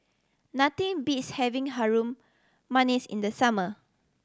nothing beats having Harum Manis in the summer